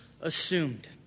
assumed